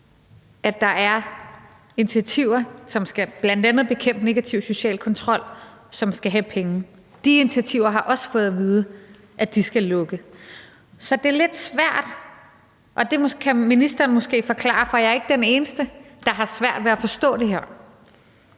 er initiativer, som bl.a. skal bekæmpe negativ social kontrol, som skal have penge. De initiativer har også fået at vide, at de skal lukke. Så det er lidt svært – og det kan ministeren måske forklare, for jeg er ikke den eneste, der har svært ved at forstå det her